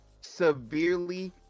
severely